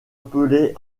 appelée